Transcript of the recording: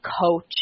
coach